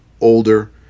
older